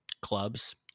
clubs